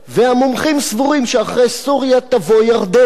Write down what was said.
והמומחים סבורים שאחרי סוריה תבוא ירדן.